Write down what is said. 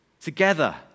together